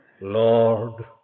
Lord